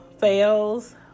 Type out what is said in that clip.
fails